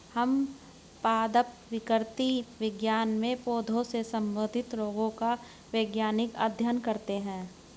हम पादप विकृति विज्ञान में पौधों से संबंधित रोगों का वैज्ञानिक अध्ययन करते हैं